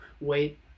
wait